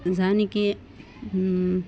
जायनोखि